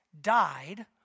died